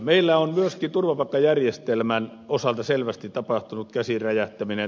meillä on myöskin turvapaikkajärjestelmän osalta selvästi tapahtunut käsiin räjähtäminen